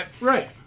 Right